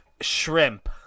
shrimp